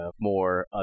more